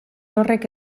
horrek